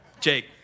Jake